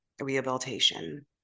rehabilitation